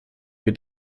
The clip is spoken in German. wir